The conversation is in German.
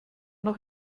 noch